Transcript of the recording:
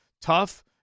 Tough